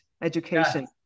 education